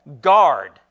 Guard